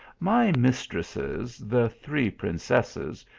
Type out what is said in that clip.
my mistresses, the three princesses,